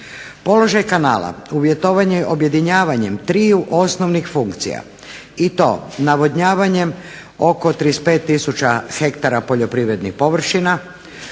Položaj kanala uvjetovan je objedinjavanjem triju osnovnih funkcija i to navodnjavanjem oko 35000 hektara poljoprivrednih površina,